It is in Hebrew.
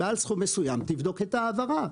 מעל סכום מסוים תבדוק את ההעברה.